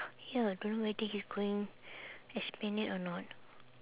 ya don't know whether he's going esplanade or not